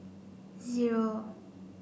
zero